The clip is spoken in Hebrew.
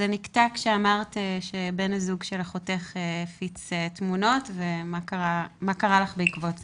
זה נקטע כשאמרת שבן הזוג של אחותך הפיץ תמונות ומה קרה לך בעקבות זה.